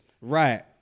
Right